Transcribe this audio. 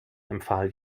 empfahl